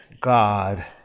God